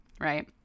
right